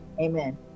amen